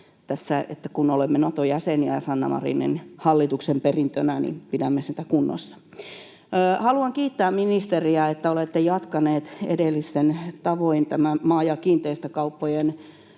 kun olemme Nato-jäseniä Sanna Marinin hallituksen perintönä, niin pidämme sitä kunnossa. Haluan kiittää ministeriä, että olette jatkaneet edellisten tavoin näiden maa- ja kiinteistökauppojen